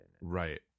right